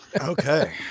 Okay